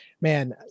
Man